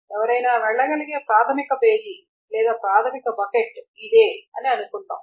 ఎవరైనా వెళ్లగలిగే ప్రాథమిక పేజీ లేదా ప్రాథమిక బకెట్ ఇదే అని అనుకుందాం